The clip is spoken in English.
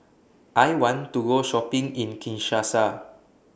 I want to Go Shopping in Kinshasa